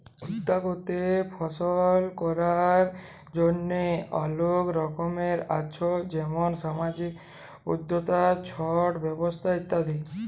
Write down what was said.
উদ্যক্তাকে সফল করার জন্হে অলেক রকম আছ যেমন সামাজিক উদ্যক্তা, ছট ব্যবসা ইত্যাদি